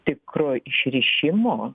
tikro išrišimo